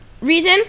reason